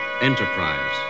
enterprise